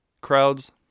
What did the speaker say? crowds